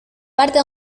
parte